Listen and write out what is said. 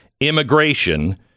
immigration